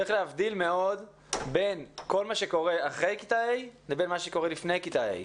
צריך להבדיל בין כל מה שקורה אחרי כיתה ה' לבין מה שקורה לפני כיתה ה'.